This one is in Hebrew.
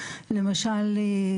למשל,